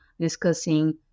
discussing